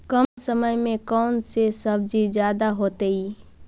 कम समय में कौन से सब्जी ज्यादा होतेई?